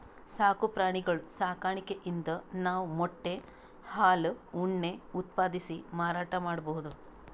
ಸಾಕು ಪ್ರಾಣಿಗಳ್ ಸಾಕಾಣಿಕೆಯಿಂದ್ ನಾವ್ ಮೊಟ್ಟೆ ಹಾಲ್ ಉಣ್ಣೆ ಉತ್ಪಾದಿಸಿ ಮಾರಾಟ್ ಮಾಡ್ಬಹುದ್